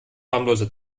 harmlose